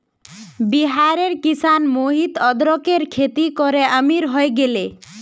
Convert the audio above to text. बिहारेर किसान मोहित अदरकेर खेती करे अमीर हय गेले